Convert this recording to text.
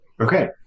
Okay